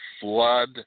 flood